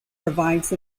provides